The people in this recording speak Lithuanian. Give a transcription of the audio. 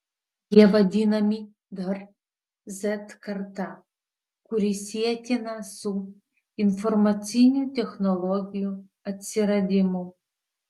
jie vadinami dar z karta kuri sietina su informacinių technologijų atsiradimu